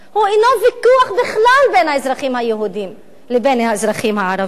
הוא אינו ויכוח בכלל בין האזרחים היהודים לבין האזרחים הערבים.